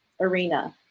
arena